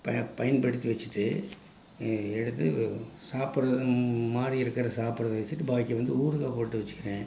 பய பயன்படுத்தி வெச்சுட்டு எடுத்து சாப்பிட்றதும் மாதிரி இருக்கிற சாப்பிட வெச்சுட்டு பாக்கிய வந்து ஊறுகாய் போட்டு வெச்சுக்கிறேன்